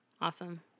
Awesome